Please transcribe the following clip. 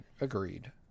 agreed